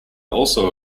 also